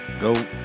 go